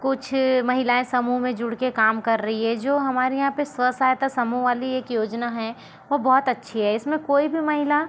कुछ महिलाएँ समूह में जुड़ के काम कर रही है जो हमारे यहाँ पे स्व सहायता समूह वाली एक योजना है वो बहुत अच्छी है इस में कोई भी महिला